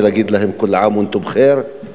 ולהגיד להם: כול עאם ואנתום בח'יר.